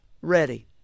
ready